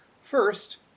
First